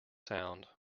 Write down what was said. sound